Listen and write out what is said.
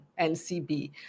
NCB